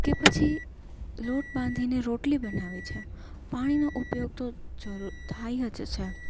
કે પછી લોટ બાંધીને રોટલી બનાવવી છે પાણીનો ઉપયોગ તો જરૂર થાય જ છે